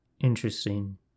interesting